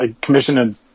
commissioned